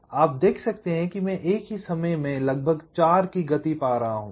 तो आप देख सकते हैं कि मैं एक ही समय में लगभग 4 की गति पा रहा हूं